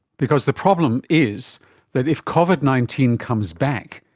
because the problem is that if covid nineteen comes back,